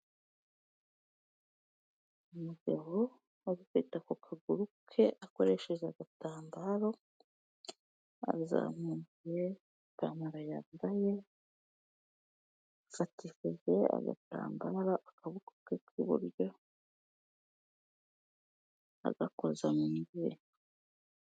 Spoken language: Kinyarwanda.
Umugabo uri kwita ku kaguru ke akoresheje agatambaro, azamuye ipantaro yambaye, afatishije agatambara akaboko ke k'iburyo, agakoza mu ivi.